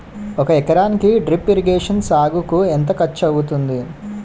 ఒక ఎకరానికి drip irrigation సాగుకు ఎంత ఖర్చు అవుతుంది?